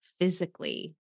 physically